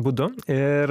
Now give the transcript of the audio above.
būdu ir